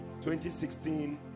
2016